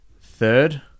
Third